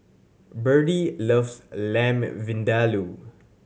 Berdie loves Lamb Vindaloo